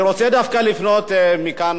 אני רוצה דווקא לפנות מכאן,